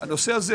הנושא הזה,